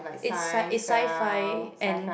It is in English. it's sci~ it's sci-fi and